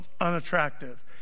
unattractive